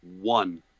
one